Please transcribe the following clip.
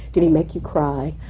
did he make you cry?